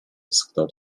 westchnął